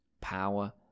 power